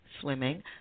swimming